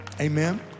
Amen